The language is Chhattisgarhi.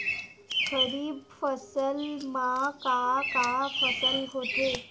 खरीफ फसल मा का का फसल होथे?